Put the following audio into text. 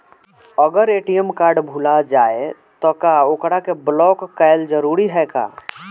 अगर ATM card भूला जाए त का ओकरा के बलौक कैल जरूरी है का?